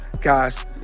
guys